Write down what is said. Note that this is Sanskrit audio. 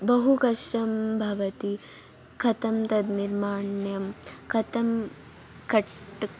बहु कष्टं भवति कथं तद् निर्मातव्यं कथं कट्